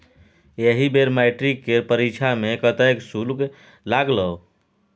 एहि बेर मैट्रिक केर परीक्षा मे कतेक शुल्क लागलौ?